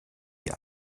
die